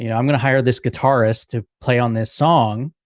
you know i'm going to hire this guitarist to play on this song,